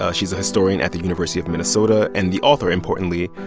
ah she's a historian at the university of minnesota and the author, importantly,